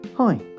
Hi